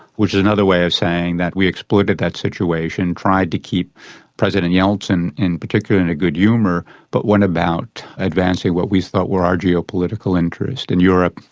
which is another way of saying that we exploited that situation, tried to keep president yeltsin in particular in a good humour but went about advancing what we thought were our geopolitical interests in europe,